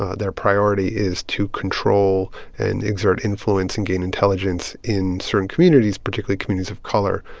ah their priority is to control and exert influence and gain intelligence in certain communities, particularly communities of color.